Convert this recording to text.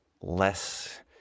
less